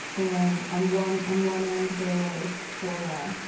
and on one on one end, there was torah,